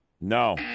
No